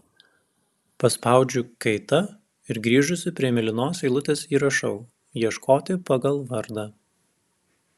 paspaudžiu kaita ir grįžusi prie mėlynos eilutės įrašau ieškoti pagal vardą